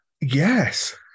Yes